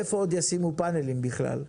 איפה עוד ישימו פאנלים בכלל?